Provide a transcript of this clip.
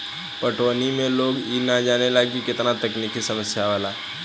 पटवनी में लोग इ ना जानेला की केतना तकनिकी समस्या आवेला